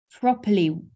properly